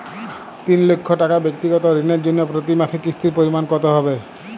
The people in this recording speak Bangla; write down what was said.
তিন লক্ষ টাকা ব্যাক্তিগত ঋণের জন্য প্রতি মাসে কিস্তির পরিমাণ কত হবে?